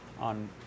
on